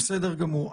בסדר גמור.